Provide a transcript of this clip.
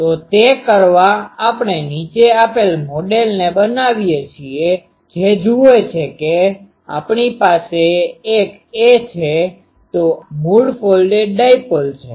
તો તે કરવા આપણે નીચે આપેલ મોડેલને બનાવીએ છીએ જે જુએ છે કે આપણી પાસે એક એ છે તો આ મૂળ ફોલ્ડેડ ડાઈપોલ છે